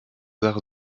arts